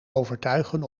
overtuigen